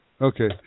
Okay